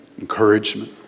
encouragement